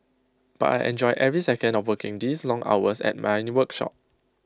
but I enjoy every second of working these long hours at my workshop